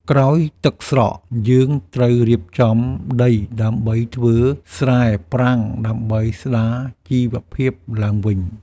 ក្រោយទឹកស្រក យើងត្រូវរៀបចំដីដើម្បីធ្វើស្រែប្រាំងដើម្បីស្តារជីវភាពឡើងវិញ។